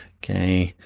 okay.